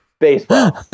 baseball